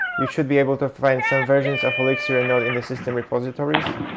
you should be able to find some versions of elixir and node in the system repositories,